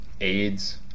AIDS